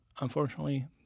Unfortunately